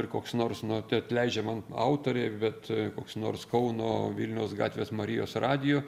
ir koks nors nu teatleidžia man autorė bet koks nors kauno vilniaus gatvės marijos radijo